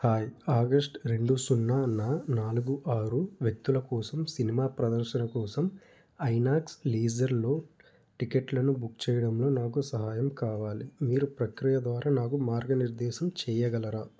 hi August రెండు సున్నాన నాలుగు ఆరు వ్యక్తుల కోసం సినిమా ప్రదర్శన కోసం ఐనాక్స్ లీజర్లో టిక్కెట్లను బుక్ చెయ్యడంలో నాకు సహాయం కావాలి మీరు ప్రక్రియ ద్వారా నాకు మార్గనిర్దేశం చెయ్యగలరా